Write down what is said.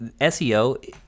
SEO